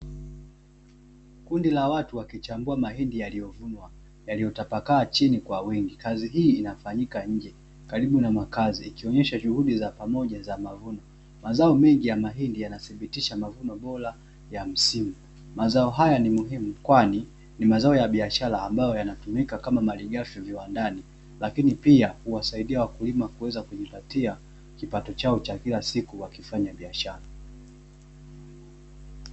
Kundi la watu wakichambua mahindi yaliyovunwa yaliyotapakaa chini kwa wingi, kazi hii inafanyika nje karibu na makazi ikionesha juhudi za pamoja za mavuno. Mazao mengi ya mahindi yanathibitisha mavuno bora ya msimu, mazao haya ni muhimu kwani ni mazao ya biashara ambayo yanatumika kama malighafi viwandani, lakini pia huwasaidia wakulima kuweza kujipatia kipato chao cha kila siku wakifanya biashara.